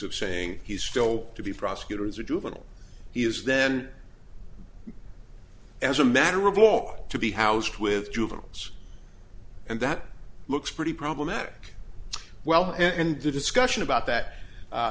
of saying he's still to be prosecutors are doable he is then as a matter of law to be housed with juveniles and that looks pretty problematic well and the discussion about that